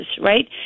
right